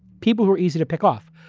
people who are easy to pick off.